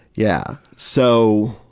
yeah. so.